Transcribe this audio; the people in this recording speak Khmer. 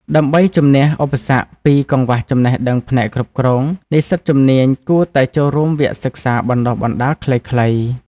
ដើម្បីជំនះឧបសគ្គពី កង្វះចំណេះដឹងផ្នែកគ្រប់គ្រង និស្សិតជំនាញគួរតែចូលរួមវគ្គសិក្សាបណ្តុះបណ្តាលខ្លីៗ។